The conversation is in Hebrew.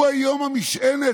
הוא היום המשענת.